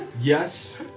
Yes